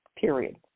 period